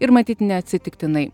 ir matyt neatsitiktinai